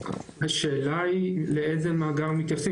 השאלה היא לאיזה מאגר מתייחסים.